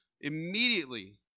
immediately